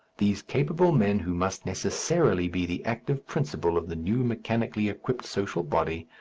these capable men who must necessarily be the active principle of the new mechanically equipped social body,